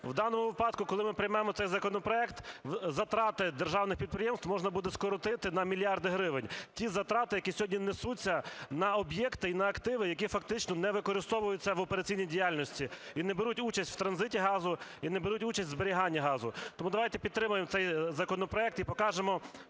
В даному випадку, коли ми приймемо цей законопроект затрати державних підприємств можна буде скоротити на мільярд гривень. Ті затрати, які сьогодні несуться на об'єкти і на активи, які фактично не використовуються в операційній діяльності і не беруть участь в транзиті газу, і не беруть участь у зберіганні газу. Тому давайте підтримаємо цей законопроект і покажемо,